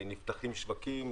נפתחים שווקים,